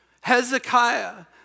Hezekiah